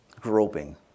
groping